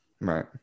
Right